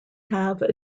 have